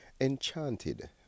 enchanted